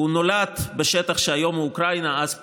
הוא נולד בשטח שהיום הוא אוקראינה, אז פולין,